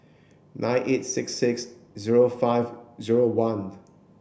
nine eight six six zero five zero one